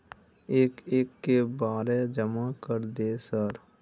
एक एक के बारे जमा कर दे सर?